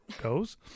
goes